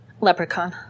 Leprechaun